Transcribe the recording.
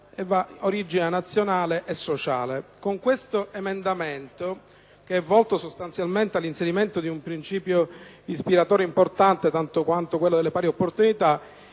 – origine nazionale o sociale». L’emendamento in esame e volto sostanzialmente all’inserimento di un principio ispiratore importante tanto quanto quello delle pari opportunita: